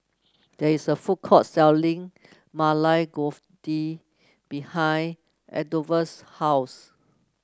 there is a food court selling Maili Kofta behind Adolphus' house